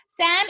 Sam